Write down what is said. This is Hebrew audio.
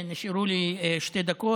נשארו לי שתי דקות.